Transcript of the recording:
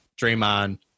Draymond